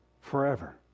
Forever